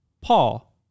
Paul